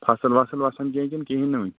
فصٕل وصٕل وسان کینٛہہ کِنہ کِہیٖنۍ نہٕ وٕنہِ